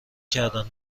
کردن